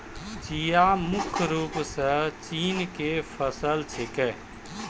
चिया मुख्य रूप सॅ चीन के फसल छेकै